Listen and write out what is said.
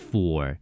Four